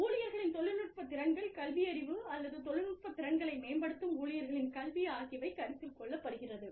எனவே ஊழியர்களின் தொழில்நுட்ப திறன்கள் கல்வியறிவு அல்லது தொழில்நுட்ப திறன்களை மேம்படுத்தும் ஊழியர்களின் கல்வி ஆகியவை கருத்தில் கொள்ளப்படுகிறது